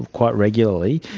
quite regularly.